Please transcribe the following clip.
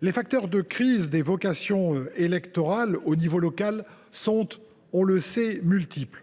Les facteurs de crise des vocations électorales au niveau local sont multiples.